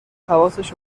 حواسش